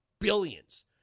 Billions